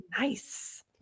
nice